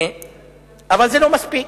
אבל, זה לא מספיק.